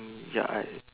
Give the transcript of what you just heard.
ya I